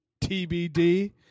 tbd